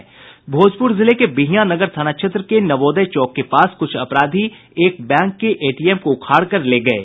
भोजपूर जिले के बिहियां नगर थाना क्षेत्र के नवोदय चौक के पास कुछ अपराधी एक बैंक के एटीएम को उखाड़ कर ले गये